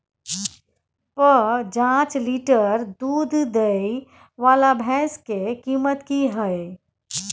प जॉंच लीटर दूध दैय वाला भैंस के कीमत की हय?